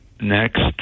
next